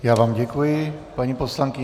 Já vám děkuji, paní poslankyně.